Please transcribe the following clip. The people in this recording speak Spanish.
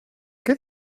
qué